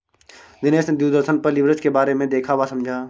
दिनेश ने दूरदर्शन पर लिवरेज के बारे में देखा वह समझा